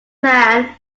man